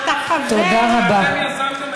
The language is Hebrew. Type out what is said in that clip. אתה חבר, אתם יזמתם חקיקה רשלנית, תודה רבה.